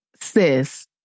Sis